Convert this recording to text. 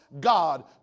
God